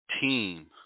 team